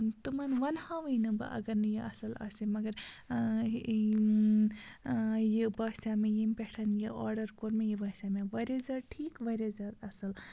تمَن وَنہٕ ہاوٕے نہٕ بہٕ اَگَر نہٕ یہِ اَصٕل آسہِ مَگَر یہِ باسیٛو مےٚ ییٚمہِ پٮ۪ٹھ یہِ آرڈَر کوٚر مےٚ یہِ باسیٛو مےٚ واریاہ زیادٕ ٹھیٖک واریاہ زیادٕ اَصٕل